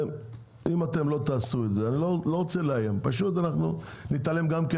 אם אתם לא תעשו את זה אני לא רוצה לאיים גם אנחנו נתעלם מכם.